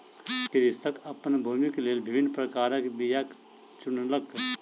कृषक अपन भूमिक लेल विभिन्न प्रकारक बीयाक चुनलक